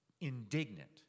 indignant